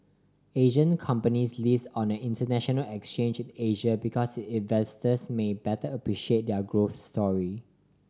Asian companies list on an international exchange in Asia because investors may better appreciate their growth story